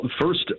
first